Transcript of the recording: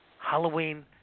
Halloween